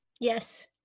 Yes